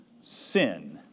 sin